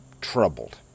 troubled